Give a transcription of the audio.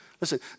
Listen